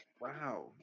Wow